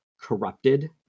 corrupted